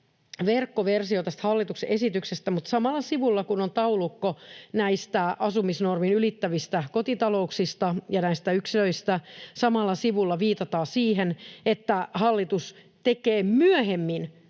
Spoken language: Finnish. verkkoversio tästä hallituksen esityksestä, mutta samalla sivulla, jolla on taulukko näistä asumisnormin ylittävistä kotitalouksista ja näistä yksilöistä, viitataan siihen, että hallitus tekee myöhemmin